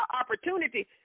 opportunity